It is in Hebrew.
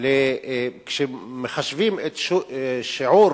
כשמחשבים את שיעור